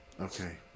okay